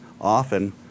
often